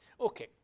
okay